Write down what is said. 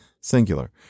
singular